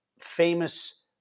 famous